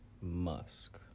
musk